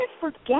forget